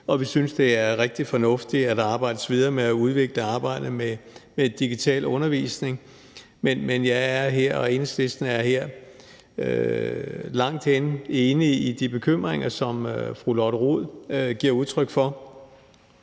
og vi synes, det er rigtig fornuftigt, at der arbejdes videre med at udvikle arbejdet med digital undervisning, men jeg og Enhedslisten er langt hen ad vejen enige i de bekymringer, som fru Lotte Rod giver udtryk for.